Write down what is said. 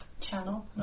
channel